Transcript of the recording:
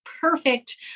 perfect